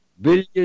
billion